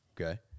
okay